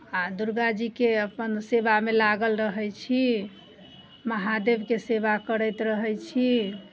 आ दुर्गाजीके अपन सेवामे लागल रहै छी महादेवके सेवा करैत रहै छी